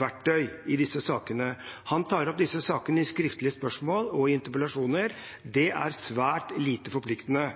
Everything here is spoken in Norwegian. verktøy i disse sakene. Han tar opp disse sakene i skriftlige spørsmål og i interpellasjoner. Det er svært lite forpliktende.